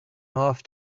off